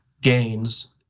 gains